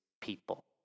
people